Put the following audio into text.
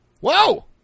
Whoa